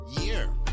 year